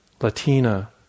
Latina